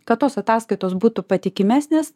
kad tos ataskaitos būtų patikimesnės